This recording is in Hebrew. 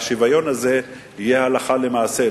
והשוויון הזה יהיה הלכה למעשה,